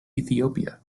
ethiopia